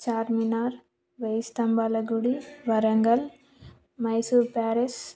ఛార్మినార్ వేయి స్తంభాల గుడి వరంగల్ మైసూర్ ప్యాలెస్